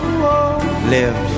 live